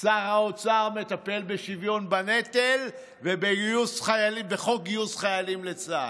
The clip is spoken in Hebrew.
שר האוצר מטפל בשוויון בנטל ובחוק גיוס חיילים לצה"ל.